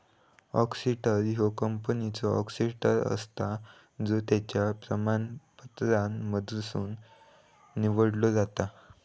auditor ह्यो कंपनीचो auditor असता जो त्याच्या प्रमाणपत्रांमधसुन निवडलो जाता